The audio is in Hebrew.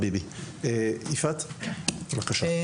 יפעת בבקשה.